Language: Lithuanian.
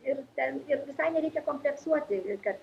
ir ten ir visai nereikia kompleksuoti kad